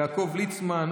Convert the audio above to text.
יעקב ליצמן,